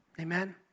Amen